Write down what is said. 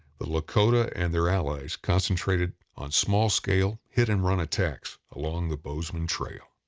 the lakota and their allies concentrated on small-scale, hit-and-run attacks along the bozeman trail.